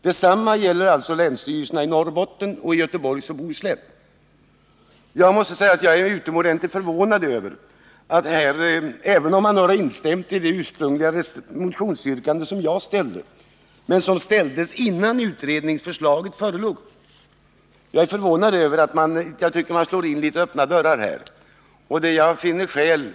Detsamma gäller länsstyrelserna i Norrbotten och i Göteborgs och Bohus län. Mitt motionsyrkande framställdes innan utredningförslaget förelåg, och jag är förvånad över att man nu instämt i mitt ursprungliga motionsyrkande, eftersom det innebär att man slår in öppna dörrar.